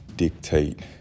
dictate